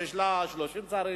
שיש לה 30 שרים,